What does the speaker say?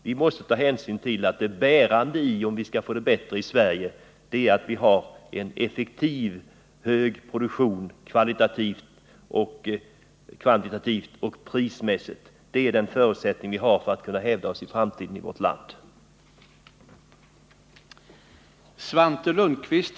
Vi måste ta hänsyn till att det avgörande för om vi skall få det bättre i Sverige är att vi har en produktion som är effektiv —- kvalitativt, kvantitativt och prismässigt. Det är förutsättningen för att vårt land skall kunna hävda sig i framtiden.